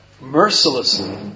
mercilessly